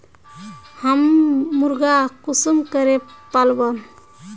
हम मुर्गा कुंसम करे पालव?